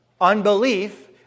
unbelief